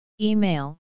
Email